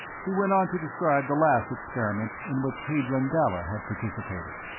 he went on to describe the last experiment in which hadron dalla had participated.